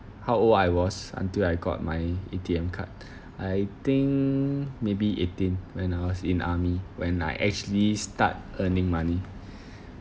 how old I was until I got my A_T_M_ card I think maybe eighteen when I was in army when I actually start earning money